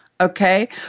okay